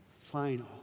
final